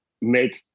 make